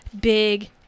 big